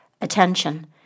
attention